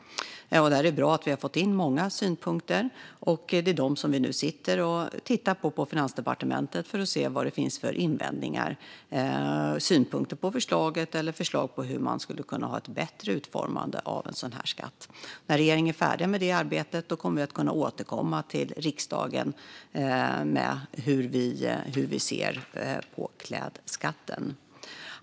Det är bra att vi har fått in många synpunkter, och vi sitter nu och tittar på dem på Finansdepartementet för att se vad det finns för invändningar och synpunkter på förslaget, eller förslag till en bättre utformning av en sådan här skatt. När regeringen är färdig med det arbetet kommer vi att kunna återkomma till riksdagen med hur vi ser på klädskatten.